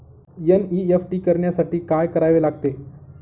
NEFT करण्यासाठी काय करावे लागते?